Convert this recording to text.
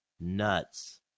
nuts